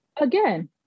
again